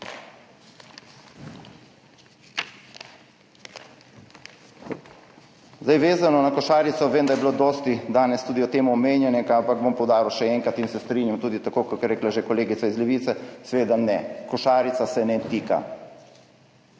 Vezano na košarico, vem, da je bilo danes tudi dosti tega omenjanega, ampak bom poudaril še enkrat in se strinjam, tako kot je rekla tudi že kolegica iz Levice, seveda ne, košarica se ne tika.